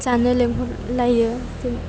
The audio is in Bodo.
जानो लिंहर लायो